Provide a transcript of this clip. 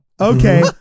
Okay